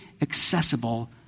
accessible